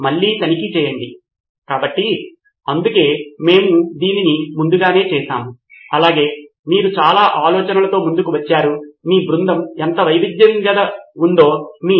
సిద్ధార్థ్ మాతురి కాబట్టి మనం పరిష్కారంలో టెక్నాలజీని చేర్చడం గురించి మాట్లాడుతుంటే సాంకేతిక అవగాహన ఉన్నవారు లేదా ఎలాంటి మౌలిక సదుపాయాలు కలిగి ఉన్నారో కూడా మనం అర్థం చేసుకోవాలి